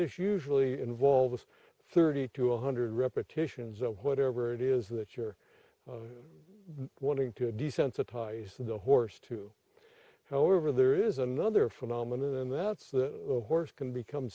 this usually involves thirty to one hundred repetitions of whatever it is that you're wanting to desensitize the horse to however there is another phenomenon and that's the horse can become